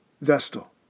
Vestal